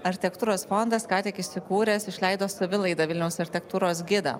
architektūros fondas ką tik įsikūręs išleido savilaida vilniaus architektūros gidą